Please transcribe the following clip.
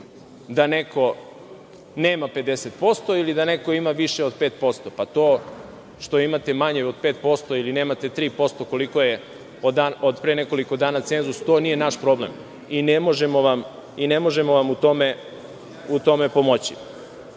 da neko nema 50% ili da neko ima više od 5%. To što imate manje od 5% ili nemate 3% koliko je od pre nekoliko dana cenzus, to nije naš problem i ne možemo vam u tome pomoći. Mislim